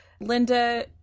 Linda